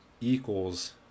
equals